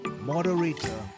moderator